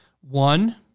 One